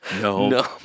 No